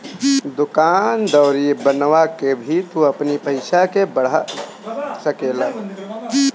दूकान दौरी बनवा के भी तू अपनी पईसा के बढ़ा सकेला